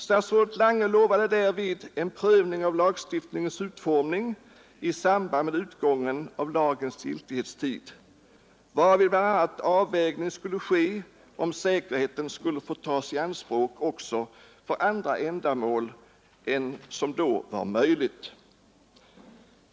Statsrådet Lange utlovade därvid en prövning av lagstiftningens utformning i samband med utgången av lagens giltighetstid, varvid bl.a. avvägning skulle ske om säkerheten skall få tas i anspråk också för andra ändamål än som då var möjligt.